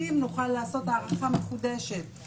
כי לבוא מקציעות לבית המשפט העליון בירושלים זה שעות,